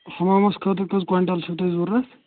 ہَمامَس خٲطرٕ کٔژ کویِنٹَل چھُ تۄہہِ ضروٗرت